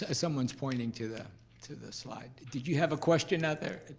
ah someone's pointing to the to the slide. did you have a question out there?